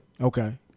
Okay